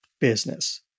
business